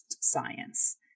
science